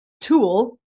tool